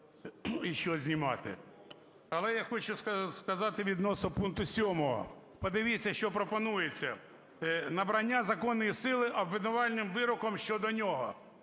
і що знімати. Але я хочу сказати відносно пункту 7. Подивіться, що пропонується: "набрання законної сили обвинувальним вироком щодо нього".